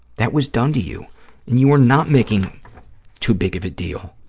that was done to you, and you are not making too big of a deal.